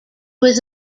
was